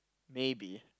maybe